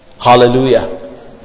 Hallelujah